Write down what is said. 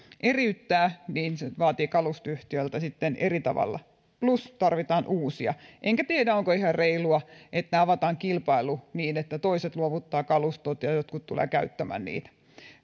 eriyttää se vaatii kalustoyhtiöltä eri tavalla plus että tarvitaan uusia enkä tiedä onko ihan reilua että avataan kilpailu niin että toiset luovuttavat kalustot ja ja jotkut tulevat käyttämään niitä